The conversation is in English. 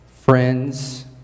Friends